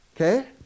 okay